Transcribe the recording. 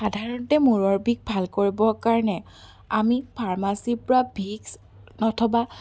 সাধাৰণতে মূৰৰ বিষ ভাল কৰিবৰ কাৰণে আমি ফাৰ্মাচীৰ পৰা ভিক্স অথবা